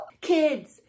Kids